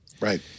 Right